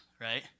Right